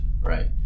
right